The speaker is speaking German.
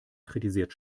kritisiert